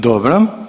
Dobro.